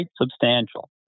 substantial